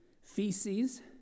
feces